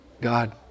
God